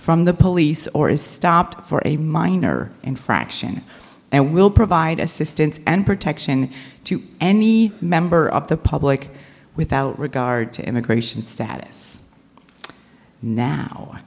from the police or is stopped for a minor infraction and will provide assistance and protection to any member of the public without regard to immigration status now